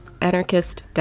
anarchist